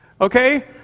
Okay